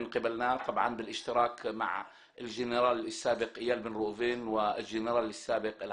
קיימתי כאן מספר ישיבות.